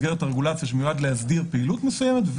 הרגולציה שנועד להסדיר פעילות מסוימת,